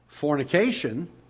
fornication